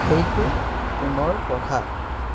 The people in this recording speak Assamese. সেইটো পুনৰ পঢ়া